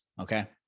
okay